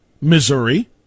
Missouri